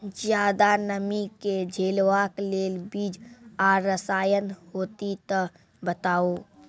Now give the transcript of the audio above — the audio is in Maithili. ज्यादा नमी के झेलवाक लेल बीज आर रसायन होति तऽ बताऊ?